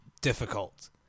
difficult